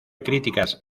críticas